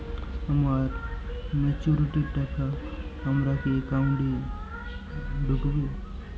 আমার ম্যাচুরিটির টাকা আমার কি অ্যাকাউন্ট এই ঢুকবে?